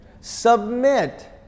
Submit